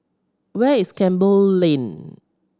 where is Campbell Lane